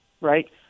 Right